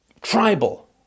tribal